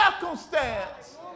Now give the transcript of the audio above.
circumstance